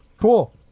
cool